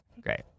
Great